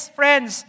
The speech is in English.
friends